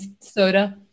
soda